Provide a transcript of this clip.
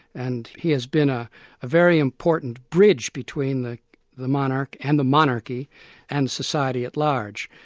and he has been a ah very important bridge between the the monarch and the monarchy and society at large.